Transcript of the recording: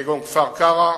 כגון כפר-קרע,